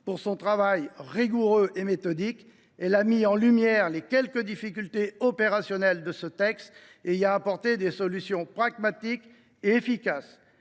pour son travail rigoureux et méthodique. Elle a mis en lumière les quelques difficultés opérationnelles du texte et y a apporté des solutions pragmatiques et efficaces.